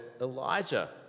Elijah